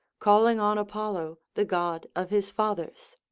calling on apollo the god of his fathers